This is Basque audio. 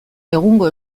egungo